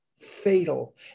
fatal